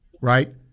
right